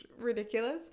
ridiculous